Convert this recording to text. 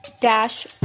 dash